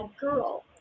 girl